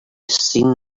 seen